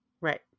Right